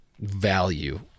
value